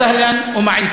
(אומר בערבית: